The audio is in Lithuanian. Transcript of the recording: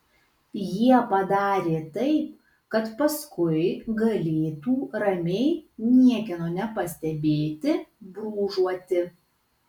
jie padarė taip kad paskui galėtų ramiai niekieno nepastebėti brūžuoti